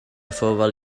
phobl